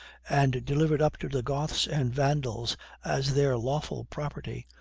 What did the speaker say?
and delivered up to the goths and vandals as their lawful property,